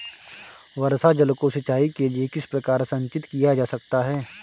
वर्षा जल को सिंचाई के लिए किस प्रकार संचित किया जा सकता है?